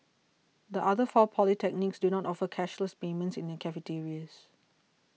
the other four polytechnics do not offer cashless payment in their cafeterias